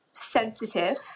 sensitive